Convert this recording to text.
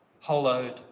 Hollowed